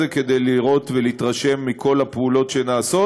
כדי לראות ולהתרשם מכל הפעולות שנעשות.